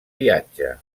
viatge